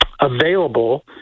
available